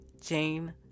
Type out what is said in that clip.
Jane